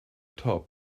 top